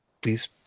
Please